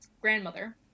grandmother